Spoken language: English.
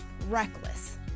reckless